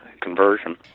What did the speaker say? conversion